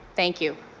thank you.